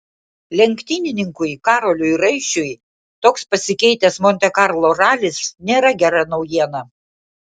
lenktynininkui karoliui raišiui toks pasikeitęs monte karlo ralis nėra gera naujiena